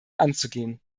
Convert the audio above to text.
anzugehen